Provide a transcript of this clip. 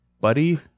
Buddy